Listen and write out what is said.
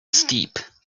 steep